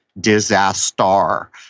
Disaster